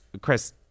Chris